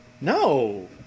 No